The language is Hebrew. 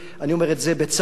כי ההחלטה כבר ניתנה.